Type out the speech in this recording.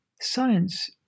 Science